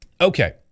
Okay